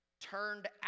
turned